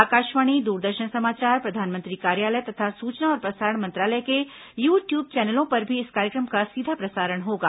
आकाशवाणी दूरदर्शन समाचार प्रधानमंत्री कार्यालय तथा सूचना और प्रसारण मंत्रालय के यू ट्यूब चैनलों पर भी इस कार्यक्रम का सीधा प्रसारण होगा